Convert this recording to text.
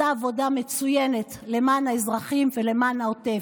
עשתה עבודה מצוינת למען האזרחים ולמען העוטף,